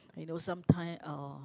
you know sometime uh